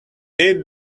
eat